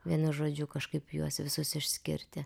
vienu žodžiu kažkaip juos visus išskirti